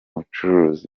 bucuruzi